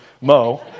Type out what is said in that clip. Mo